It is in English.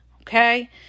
Okay